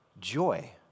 joy